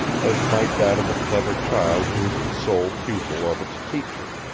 as might that of a clever child who is the sole pupil of its teacher.